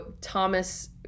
Thomas